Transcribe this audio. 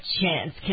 chance